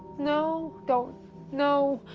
no. don't no.